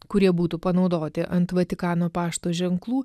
kurie būtų panaudoti ant vatikano pašto ženklų